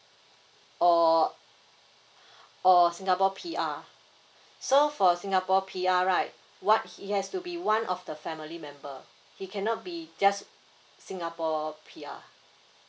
or or singapore P R so for singapore P R right what he has to be one of the family member he cannot be just singapore P R